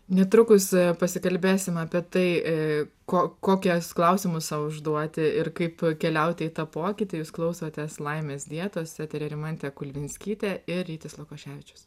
netrukus pasikalbėsim apie tai ko kokias klausimus sau užduoti ir kaip keliauti į tą pokytį jūs klausotės laimės dietos eteryje rimantė kulvinskytė ir rytis lukoševičius